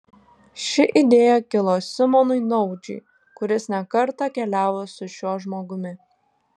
ši idėja kilo simonui naudžiui kuris ne kartą keliavo su šiuo žmogumi